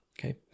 okay